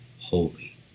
Holy